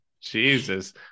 Jesus